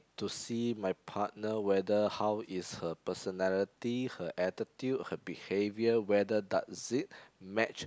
to see my partner whether how is her personality her attitude her behavior whether does it match